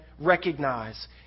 recognize